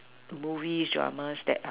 to movies Dramas that are